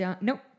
Nope